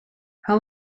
how